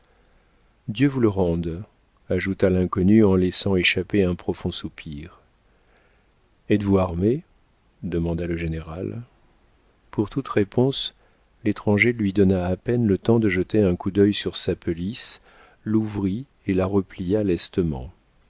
dieu vous le rende ajouta l'inconnu en laissant échapper un profond soupir êtes-vous armé demanda le général pour toute réponse l'étranger lui donnant à peine le temps de jeter un coup d'œil sur sa pelisse l'ouvrit et la replia lestement